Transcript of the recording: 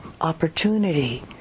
opportunity